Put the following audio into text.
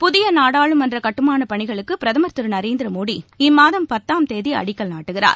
புதிய நாடாளுமன்ற கட்டிட கட்டுமான பணிகளுக்கு பிரதமர் திரு நரேந்திர மோடி இம்மாதம் பத்தாம் தேதி அடிக்கல் நாட்டுகிறார்